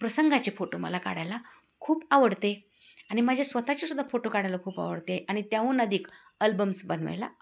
प्रसंगाचे फोटो मला काढायला खूप आवडते आणि माझे स्वतःचेसुद्धा फोटो काढायला खूप आवडते आणि त्याहून अधिक अल्बम्स बनवायला